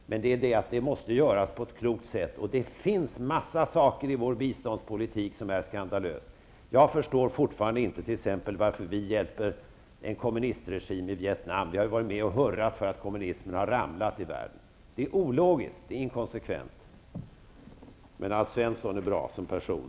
Men det måste göras på ett klokt sätt. Det finns många saker i vår biståndspolitik som är skandalösa. Jag förstår t.ex. inte varför vi hjälper en kommunistregim i Vietnam. Vi har ju varit med och hurrat för att kommunismen har ramlat i världen. Det är ologiskt och inkonsekvent. Men Alf Svensson är bra som person.